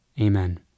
Amen